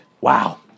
Wow